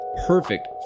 perfect